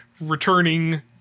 returning